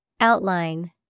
Outline